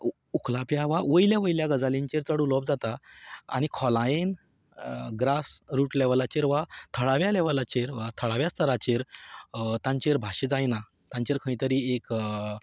उखलाप्या वा वयल्या वयल्या गजालींचेर चड उलोवप जाता आनी खोलायेन ग्रास रूट लेवलाचेर वा थळाव्या लेवलाचेर वा थळाव्या स्तराचेर तांचेर भाश्य जायना तांचेर खंय तरी एक